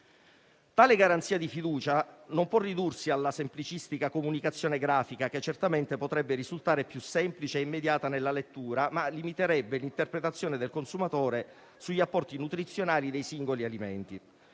Tale garanzia di fiducia non può ridursi alla semplicistica comunicazione grafica, che certamente potrebbe risultare più semplice e immediata nella lettura, ma limiterebbe l'interpretazione del consumatore sugli apporti nutrizionali dei singoli alimenti.